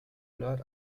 blurt